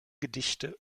gedichte